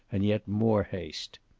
and yet more haste.